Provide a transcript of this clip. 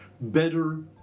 better